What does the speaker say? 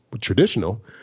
traditional